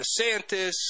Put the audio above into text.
DeSantis